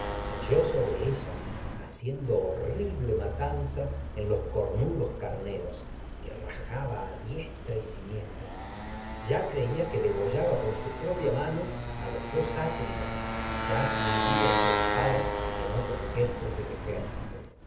cayó sobre ellas haciendo cuidado de pastores en horrible matanza los cornudos carneros que rajaba pro a diestra y siniestra ya creía a que degollaba hundía con su su pia en mano otros los dos atridas ya que espada jefes del ejército